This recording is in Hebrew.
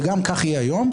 וגם כך יהיה היום.